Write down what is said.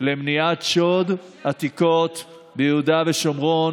למניעת שוד עתיקות ביהודה ושומרון,